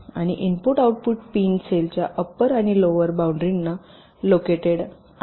आणि इनपुट आणि output pin सेलच्या अप्पर आणि लोवर बाऊंड्रीना लोकेटेड आहेत